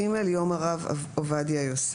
יום מרן הרב עובדיה יוסף.